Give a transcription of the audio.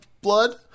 blood